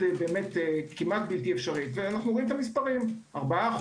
כמעט בלתי אפשרית ואנו רואים את המספרים -4%,